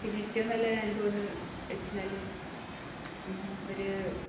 പിന്നെ ഏറ്റവും നല്ലയൊരു അനുഭവമെന്ന് വെച്ചാല് ഒരു